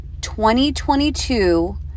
2022